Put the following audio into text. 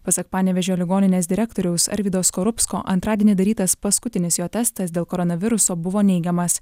pasak panevėžio ligoninės direktoriaus arvydo skorupsko antradienį darytas paskutinis jo testas dėl koronaviruso buvo neigiamas